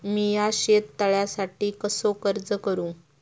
मीया शेत तळ्यासाठी कसो अर्ज करू?